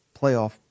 playoff